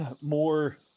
more